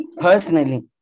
Personally